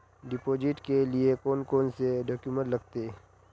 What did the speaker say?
Deposit के लिए कौन कौन से डॉक्यूमेंट लगते?